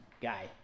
guy